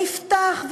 נפתח,